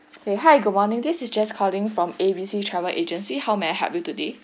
okay hi good morning this is jess calling from A B C travel agency how may I help you today